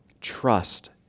Trust